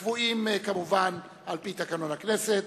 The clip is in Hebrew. הקבועים, כמובן, על-פי תקנון הכנסת.